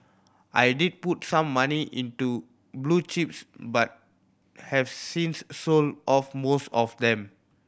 I did put some money into blue chips but have since sold off most of them